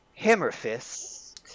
Hammerfist